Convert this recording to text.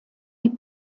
die